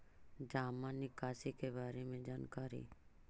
जामा निकासी के बारे में जानकारी?